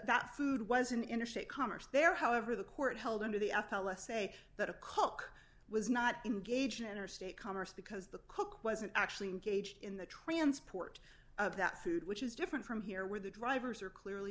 that food was an interstate commerce there however the court held on to the f l s say that a coke was not engage in interstate commerce because the coke wasn't actually engaged in the transport of that food which is different from here where the drivers are clearly